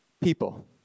people